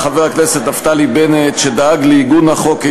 אישי אומנם חתום על ההסתייגות שעיגנה את